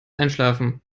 einschlafen